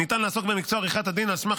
ניתן לעסוק במקצוע עריכת הדין על סמך